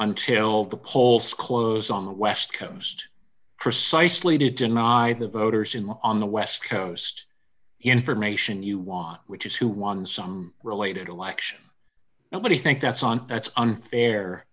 until the polls close on the west coast precisely to deny the voters in live on the west coast information you want which is who won some related election nobody think that's on that's unfair